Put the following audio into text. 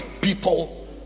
people